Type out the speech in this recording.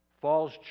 Falls